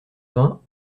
vingts